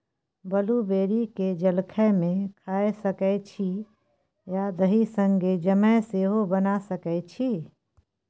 blueberry केँ जलखै मे खाए सकै छी आ दही संगै जैम सेहो बना सकै छी